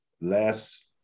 last